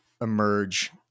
emerge